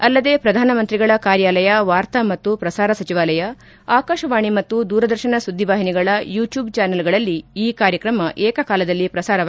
ಅಲ್ಲದೆ ಪ್ರಧಾನಮಂತ್ರಿಗಳ ಕಾರ್ಯಾಲಯ ವಾರ್ತಾ ಮತ್ತು ಪ್ರಸಾರ ಸಚಿವಾಲಯ ಆಕಾಶವಾಣಿ ಮತ್ತು ದೂರದರ್ಶನ ಸುದ್ದಿವಾಹಿನಿಗಳ ಯೂಟ್ಲೂಬ್ ಚಾನಲ್ಗಳಲ್ಲಿ ಈ ಕಾರ್ಯಕ್ರಮ ಏಕಕಾಲದಲ್ಲಿ ಪ್ರಸಾರವಾಗಲಿದೆ